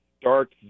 dark